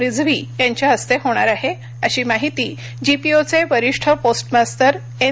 रिझवी यांच्या हस्ते होणार आहे अशी माहिती जीपीओचे वरीष्ठ पोस्ट मास्तर एन